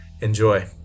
Enjoy